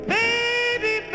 baby